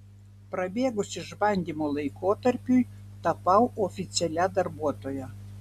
prabėgus išbandymo laikotarpiui tapau oficialia darbuotoja